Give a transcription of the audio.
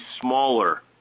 smaller